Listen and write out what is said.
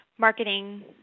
Marketing